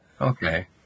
Okay